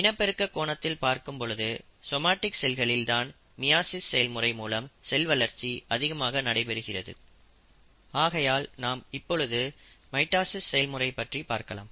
இனப்பெருக்க கோணத்தில் பார்க்கும் பொழுது சோமடிக் செல்களில் தான் மியாசிஸ் செயல்முறை மூலம் செல் வளர்ச்சி அதிகமாக நடைபெறுகிறது ஆகையால் நாம் இப்பொழுது மைட்டாசிஸ் செயல்முறை பற்றி பார்க்கலாம்